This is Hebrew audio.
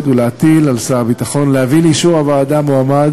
ולהטיל על שר הביטחון להביא לאישור הוועדה מועמד